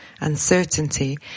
uncertainty